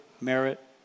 merit